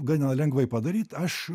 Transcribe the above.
gana lengvai padaryt aš